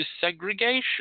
segregation